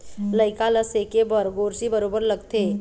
लइका ल सेके बर गोरसी बरोबर लगथे